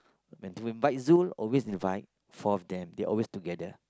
when to invite Zu always invite four of them they always together